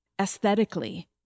aesthetically